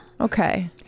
Okay